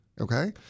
okay